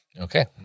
Okay